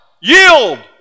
yield